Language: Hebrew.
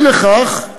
אי לכך,